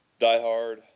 diehard